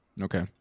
Okay